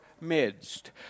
midst